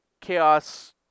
Chaos